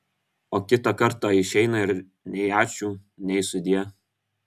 o kitą kartą išeina ir nei ačiū nei sudie